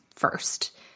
First